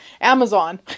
Amazon